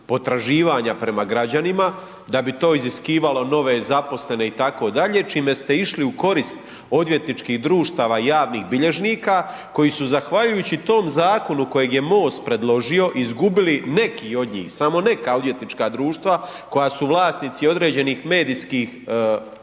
potraživanja prema građanima, da bi to iziskivalo nove zaposlene itd., čime ste išli u korist odvjetničkih društava i javnih bilježnika koji su zahvaljujući tom zakonu kojeg je MOST predložio izgubili neka od njih, samo neka odvjetnička društva koja su vlasnici određenih medijskih